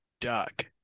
duck